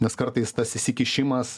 nes kartais tas įsikišimas